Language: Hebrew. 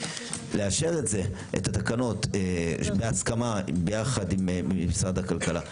לאשר את התקנות בהסכמה יחד עם משרד הכלכלה,